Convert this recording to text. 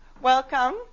welcome